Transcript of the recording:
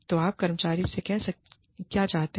तो आप कर्मचारी से क्या चाहते हैं